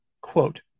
Quote